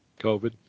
COVID